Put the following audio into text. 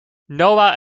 noa